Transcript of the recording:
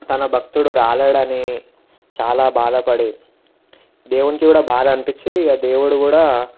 తన భక్తుడు రాలేడని చాలా బాధపడి దేవునికి కూడా బాధ అనిపించి ఆ దేవుడు కూడా